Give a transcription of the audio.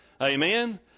Amen